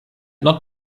not